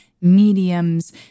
mediums